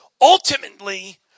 ultimately